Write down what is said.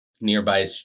nearby